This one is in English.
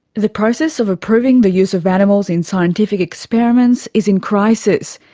the process of approving the use of animals in scientific experiments is in crisis,